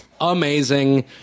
amazing